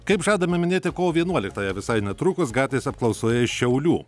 kaip žadama minėti kovo vienuoliktąją visai netrukus gatvės apklausoje iš šiaulių